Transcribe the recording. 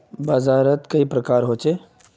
बाजार त कई प्रकार होचे?